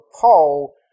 Paul